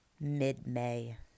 mid-May